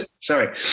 sorry